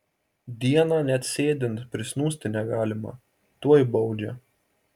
dieną net sėdint prisnūsti negalima tuoj baudžia